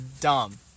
Dumb